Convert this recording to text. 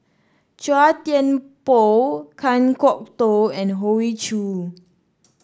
Chua Thian Poh Kan Kwok Toh and Hoey Choo